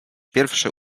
pierwsze